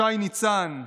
שי ניצן,